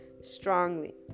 strongly